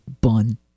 Bun